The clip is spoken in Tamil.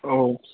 ஓஹோ